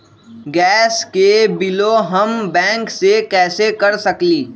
Gas के बिलों हम बैंक से कैसे कर सकली?